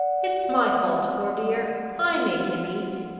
it's my fault, poor dear i make him eat!